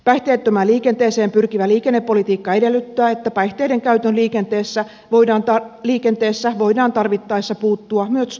päihteettömään liikenteeseen pyrkivä liikennepolitiikka edellyttää että päihteiden käyttöön liikenteessä voidaan tarvittaessa puuttua myös turvaamistoimin